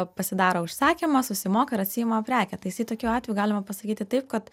pasidaro užsakymą susimoka ir atsiima prekę tai jisai tokiu atveju galima pasakyti taip kad